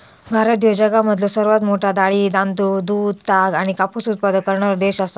भारत ह्यो जगामधलो सर्वात मोठा डाळी, तांदूळ, दूध, ताग आणि कापूस उत्पादक करणारो देश आसा